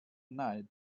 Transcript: night